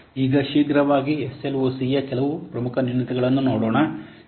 ಈಗ ಶೀಘ್ರವಾಗಿ ಎಸ್ಎಲ್ಒಸಿಯ ಕೆಲವು ಪ್ರಮುಖ ನ್ಯೂನತೆಗಳನ್ನು ನೋಡೋಣ